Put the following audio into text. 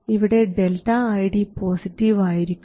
ഇവിടെ ΔID positive ആയിരിക്കും